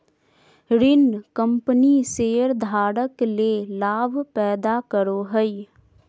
ऋण कंपनी शेयरधारक ले लाभ पैदा करो हइ